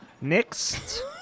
Next